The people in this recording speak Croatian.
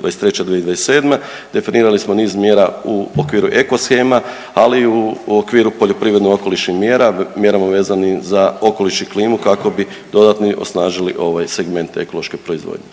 2023., 2027. definirali smo niz mjera u okviru eco shema, ali i u okviru poljoprivredno-okolišnih mjera, mjerama vezanim za okoliš i klimu kako bi dodatno osnažili ovaj segment ekološke proizvodnje.